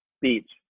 Beach